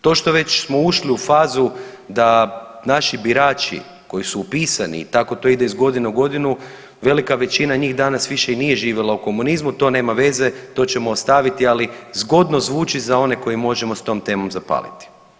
To što već smo ušli u fazu da naši birači koji su upisani i tako to ide iz godine u godinu, velika većina njih danas više i nije živjela u komunizmu, to nema veze to ćemo ostaviti, ali zgodno zvuči za one koje možemo s tom temom zapaliti.